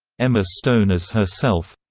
emma stone as herself